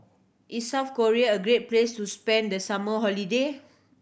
is South Korea a great place to spend the summer holiday